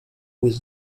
with